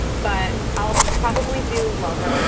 but i'll probably do lover. and